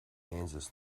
kansas